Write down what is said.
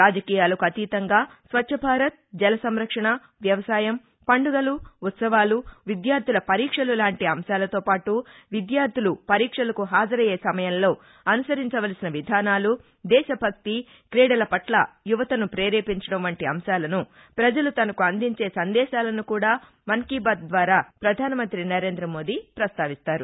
రాజకీయాలకు అతీతంగా స్వచ్చ భారత్ జల సంరక్షణ వ్యవసాయం పండుగలు ఉత్సవాలు విద్యార్లుల పరీక్షలులాంటి అంశాలతోపాటు విద్యార్దులు పరీక్షలకు హాజరయ్యే సమయంలో అనుసరించవలసిన విధానాలు దేశ భక్తి క్రీడల పట్ల యువతను పేరేపించడం వంటి అంశాలను ప్రజలు తనకు అందించే సందేశాలను కూడా మన్ కి బాత్ ద్వారా పధాన మంతి నరేంద మోదీ పస్తావిస్తారు